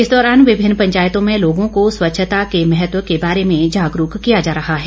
इस दौरान विभिन्न पंचायतों में लोगों को स्वच्छता के महत्व के बारे में जागरूक किया जा रहा है